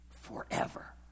forever